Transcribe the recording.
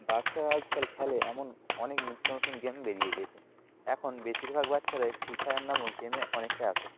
বাচ্চারা আজকাল খেলে এমন অনেক নিত্যনতুন গেম বেরিয়ে গিয়েছে এখন বেশিরভাগ বাচ্চারাই ফ্রি ফায়ার নামক গেমে অনেকটাই আসক্ত